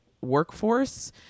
workforce